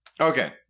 Okay